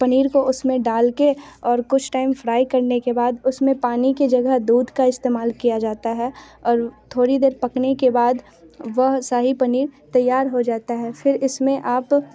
पनीर को उस में डाल के और कुछ टाइम फ्राई करने के बाद उस में पानी के जगह दूध का इस्तेमाल किया जाता है और थोड़ी देर पकने के बाद वह शाही पनीर तैयार हो जाता है फिर इस में आप